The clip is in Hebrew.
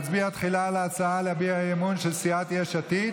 תחילה נצביע על ההצעה של סיעת יש עתיד